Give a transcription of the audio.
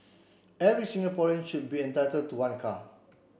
every Singaporean should be entitled to one car